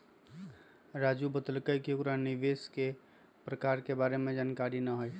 राजू बतलकई कि ओकरा निवेश के प्रकार के बारे में जानकारी न हई